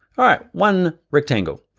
all right, one rectangle,